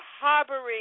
harboring